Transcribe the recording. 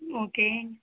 okay